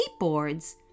skateboards